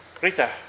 Rita